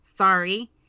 sorry